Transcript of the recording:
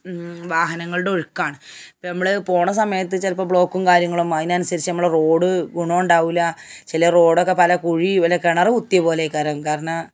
വാഹനങ്ങളുടെ ഒഴുക്കാണ് ഇപ്പോൾ ഞമ്മൾ പോണ സമയത്ത് ചിലപ്പോൾ ബ്ലോക്കും കാര്യങ്ങളും അതിനനുസരിച്ച് നമ്മളെ റോഡ് ഗുണം ഉണ്ടാകില്ല ചില റോഡൊക്കെ പല കുഴിയും വല്ല കിണർ കുത്തിയപോലേക്കരം കാരണ